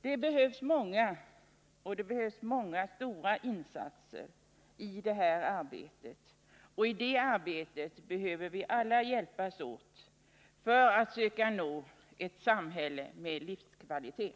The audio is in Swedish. Det behövs många och stora insatser i detta arbete. Vi behöver alla hjälpas åt för att söka skapa ett samhälle med liv: kvalitet.